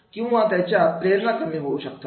किंवा त्याच्या प्रेरणा कमी होऊ शकतात